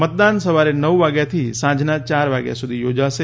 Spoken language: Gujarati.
મતદાન સવારે નવ વાગ્યાથી સાંજના ચાર વાગ્યા સુધી યોજાશે